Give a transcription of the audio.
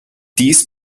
dies